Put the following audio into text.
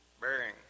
bearing